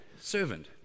servant